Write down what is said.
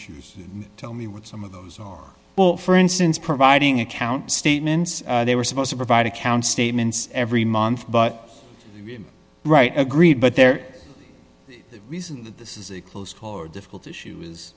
s tell me what some of those are well for instance providing account statements they were supposed to provide account statements every month but right agreed but their reason that this is a close call or difficult issue is